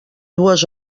dues